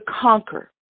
conquer